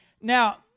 Now